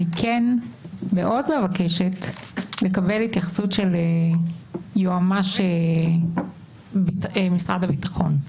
אני מאוד מבקשת לקבל התייחסות של היועץ המשפטי של משרד הביטחון.